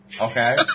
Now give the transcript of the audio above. Okay